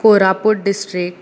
Koraput district